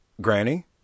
Granny